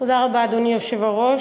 אדוני היושב-ראש,